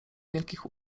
wielkich